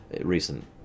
Recent